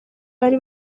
bari